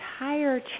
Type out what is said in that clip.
entire